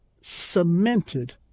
cemented